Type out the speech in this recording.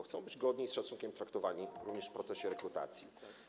Chcą być godnie i z szacunkiem traktowani również w procesie rekrutacji.